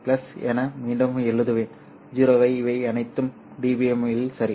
5 என மீண்டும் எழுதுவேன் 0 இவை அனைத்தும் dBm இல் சரி